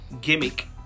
gimmick